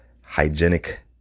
Hygienic